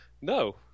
No